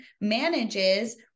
manages